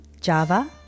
Java